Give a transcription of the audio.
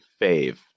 fave